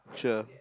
sure